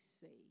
saved